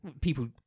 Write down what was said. people